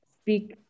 speak